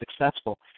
successful